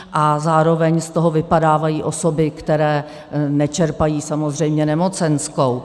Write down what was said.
A zároveň z toho vypadávají osoby, které nečerpají samozřejmě nemocenskou.